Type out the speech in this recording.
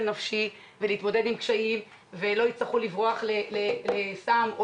נפשי וידעו להתמודד עם קשיים ולא יצטרכו לברוח לסם או